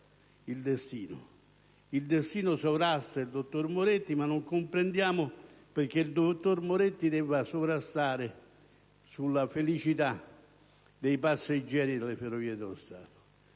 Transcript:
il destino sovrasta il dottor Moretti. Non comprendiamo però perché il dottor Moretti debba sovrastare la felicità dei passeggeri delle Ferrovie dello Stato.